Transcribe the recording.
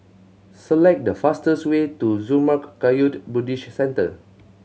select the fastest way to Zurmang Kagyud Buddhist Centre